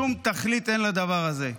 שום תכלית אין לדבר הזה.